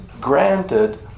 granted